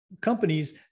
companies